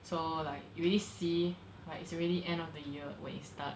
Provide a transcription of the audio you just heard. so like you already see like it's already at the end of the year when it start